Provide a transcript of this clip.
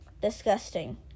Disgusting